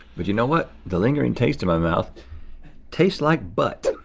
but you know what, the lingering taste in my mouth tastes like butt.